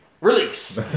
Release